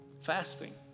fasting